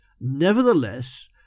Nevertheless